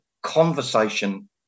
conversation